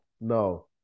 No